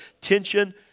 tension